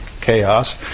chaos